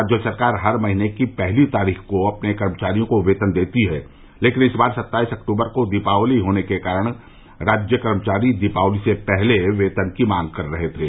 राज्य सरकार हर महीने की पहली तारीख को अपने कर्मचारियों को वेतन देती है लेकिन इस बार सत्ताईस अक्टूबर को दीपावली होने के कारण राज्य कर्मचारी दीपावली से पहले वेतन की मांग कर रहे थे